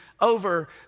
over